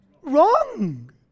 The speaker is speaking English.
wrong